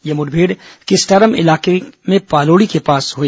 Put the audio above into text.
यह मुठभेड़ किस्टारम इलाके में पालोड़ी के पास हुई